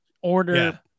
order